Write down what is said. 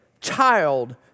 child